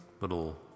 little